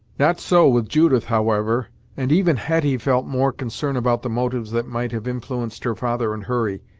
not so with judith, however and even hetty felt more concern about the motives that might have influenced her father and hurry,